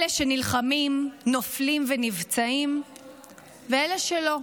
אלה שנלחמים, נופלים ונפצעים ואלה שלא,